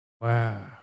Wow